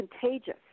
contagious